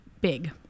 big